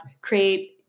create